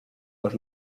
dos